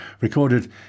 recorded